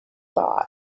thought